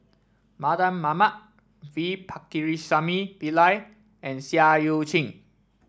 Mardan Mamat V Pakirisamy Pillai and Seah Eu Chin